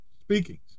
speakings